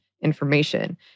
information